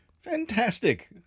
Fantastic